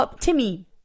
Timmy